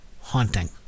haunting